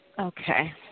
Okay